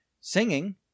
singing